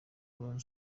abantu